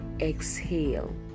exhale